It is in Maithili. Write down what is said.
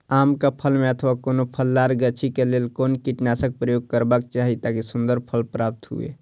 आम क फल में अथवा कोनो फलदार गाछि क लेल कोन कीटनाशक प्रयोग करबाक चाही ताकि सुन्दर फल प्राप्त हुऐ?